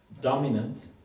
dominant